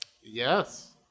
Yes